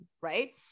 Right